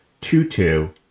two-two